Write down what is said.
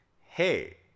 hey